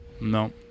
no